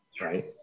right